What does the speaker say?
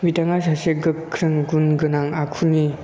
बिथाङा सासे गोख्रों गुन गोनां आखुनि